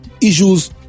issues